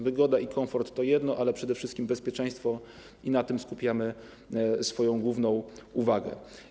Wygoda i komfort to jedno, ale przede wszystkim bezpieczeństwo - na tym skupiamy głównie naszą uwagę.